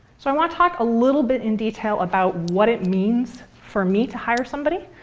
so i want to talk a little bit in detail about what it means for me to hire somebody.